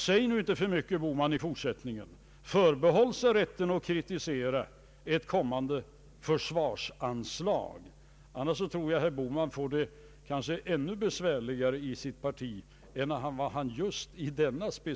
Säg nu inte för mycket, herr Bohman, i fortsättningen! Förbehåll sig rätten att kritisera ett kommande försvarsanslag! Jag tror att herr Bohman annars får det ännu besvärligare i sitt parti än det just nu är.